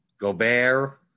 Gobert